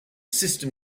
system